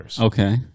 Okay